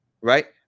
right